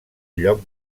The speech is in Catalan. lloc